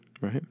right